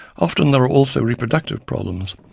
often there are also reproductive problems,